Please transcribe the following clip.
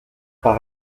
par